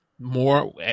more